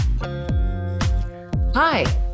Hi